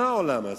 מה העולם עשה?